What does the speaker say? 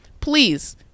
Please